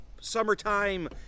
summertime